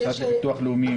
המוסד לביטוח לאומי.